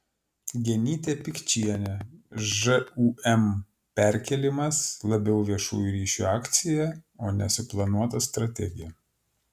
genytė pikčienė žūm perkėlimas labiau viešųjų ryšių akcija o ne suplanuota strategija